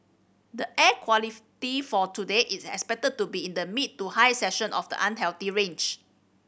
the air for today is expected to be in the mid to high section of the unhealthy range